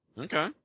Okay